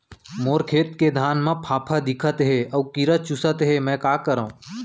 मोर खेत के धान मा फ़ांफां दिखत हे अऊ कीरा चुसत हे मैं का करंव?